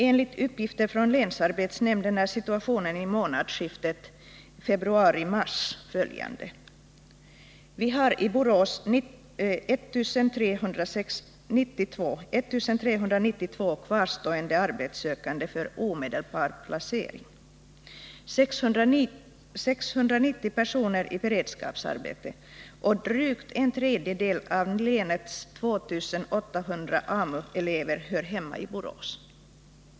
Enligt uppgifter från länsarbetsnämnden är situationen i månadsskiftet februari-mars följande: Vi har i Borås 1 392 kvarstående arbetssökande för omedelbar placering, 690 personer i beredskapsarbete — och drygt en tredjedel av länets 2 800 AMU-elever hör hemma i Borås.